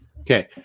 okay